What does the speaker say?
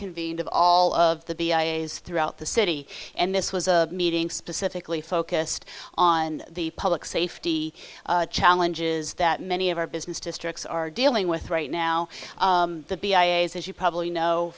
of all of the throughout the city and this was a meeting specifically focused on the public safety challenges that many of our business districts are dealing with right now the b i a as you probably know